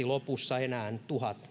lopussa enää